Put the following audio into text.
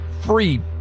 Free